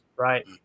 Right